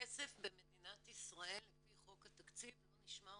כסף במדינת ישראל לפי חוק התקציב לא נשמר